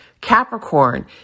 Capricorn